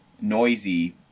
noisy